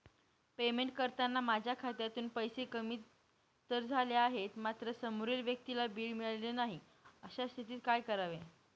Payment करताना माझ्या खात्यातून पैसे कमी तर झाले आहेत मात्र समोरील व्यक्तीला बिल मिळालेले नाही, अशा स्थितीत काय करावे?